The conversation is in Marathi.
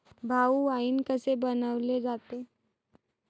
भाऊ, वाइन कसे बनवले जाते?